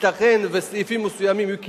ייתכן שסעיפים מסוימים יהיו קנייניים,